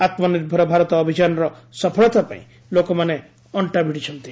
ଆତୁନିର୍ଭର ଭାରତ ଅଭିଯାନର ସଫଳତା ପାଇଁ ଲୋକମାନେ ଅଣ୍ଟା ଭିଡ଼ିଛନ୍ତି